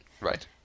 Right